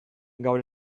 gaur